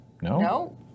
No